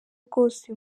bwose